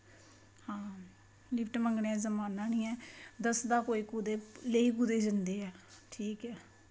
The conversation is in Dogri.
हां लिफ्ट मंगनें दा जमाना नी ऐ दसदा कोई कुदे लेई कुदे जंदे ऐ ठीक ऐ